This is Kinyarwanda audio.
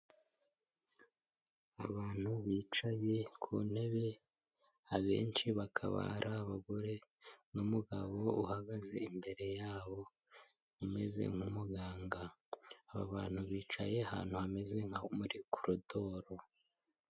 Abantu bicaye ku ntebe abenshi bakaba ari abagore n'umugabo uhagaze imbere yabo, umeze nk'umuganga, aba bantu bicaye ahantu hameze nko muri koridoro.